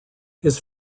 his